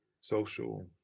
social